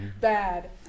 bad